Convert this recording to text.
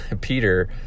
Peter